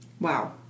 wow